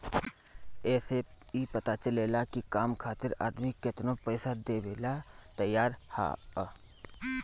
ए से ई पता चलेला की काम खातिर आदमी केतनो पइसा देवेला तइयार हअ